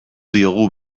diogu